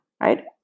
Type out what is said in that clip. Right